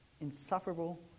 insufferable